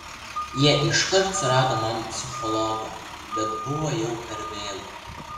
jie iškart surado man psichologą bet buvo jau per vėlu